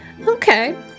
Okay